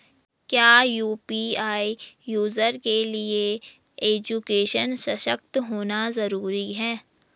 क्या UPI user के लिए एजुकेशनल सशक्त होना जरूरी है?